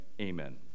Amen